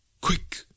Quick